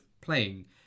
playing